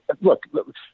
Look